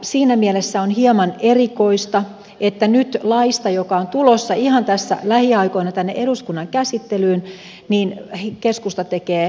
siinä mielessä on hieman erikoista että nyt laista joka on tulossa ihan tässä lähiaikoina tänne eduskunnan käsittelyyn keskusta tekee välikysymyksen